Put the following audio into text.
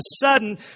sudden